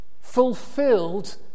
Fulfilled